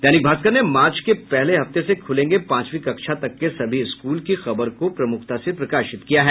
दैनिक भास्कर ने मार्च के पहले हफ्ते से खुलेंगे पांचवीं कक्षा तक के सभी स्कूल की खबर को प्रमुखता से प्रकाशित किया है